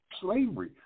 Slavery